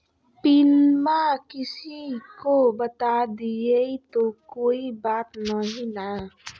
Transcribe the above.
पिनमा किसी को बता देई तो कोइ बात नहि ना?